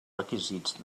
requisits